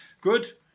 good